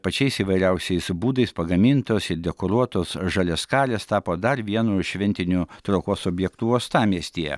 pačiais įvairiausiais būdais pagamintos ir dekoruotos žaliaskarės tapo dar vienu šventiniu traukos objektu uostamiestyje